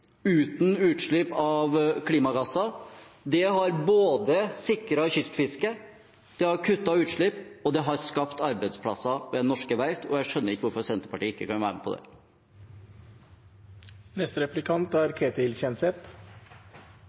uten utslipp av klimagasser. Det har sikret kystfisket, det har kuttet utslipp, og det har skapt arbeidsplasser ved norske verft, og jeg skjønner ikke hvorfor Senterpartiet ikke kan være med på det.